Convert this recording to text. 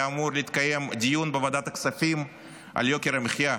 היה אמור להתקיים דיון בוועדת הכספים על יוקר המחיה,